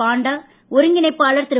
பாண்டா ஒருங்கிணைப்பாளர் திரு